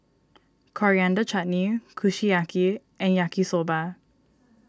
Coriander Chutney Kushiyaki and Yaki Soba